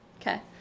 okay